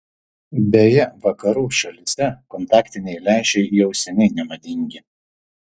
beje vakarų šalyse kontaktiniai lęšiai jau seniai nemadingi